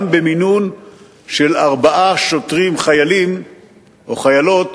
גם במינון של ארבעה שוטרים חיילים או חיילות